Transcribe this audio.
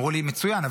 אמרו לי: מצוין,